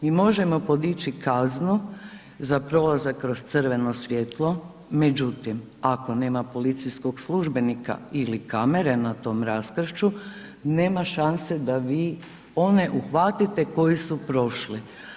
Mi možemo podići kaznu za prolazak kroz crveno svjetlo, međutim ako nema policijskog službenika ili kamere na tom raskršću nema šanse da vi one uhvatite koji su prošli.